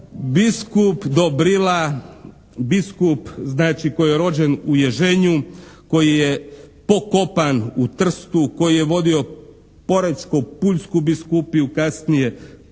Biskup Dobrila, biskup znači koji je rođen u Ježenju, koji je pokopan u Trstu, koji je vodio porečko-pulsku biskupiju, kasnije